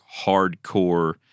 hardcore